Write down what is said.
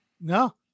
No